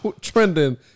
trending